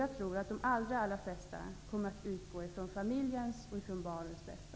Jag tror att de allra flesta kommer att utgå från familjens och barnens bästa.